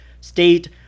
state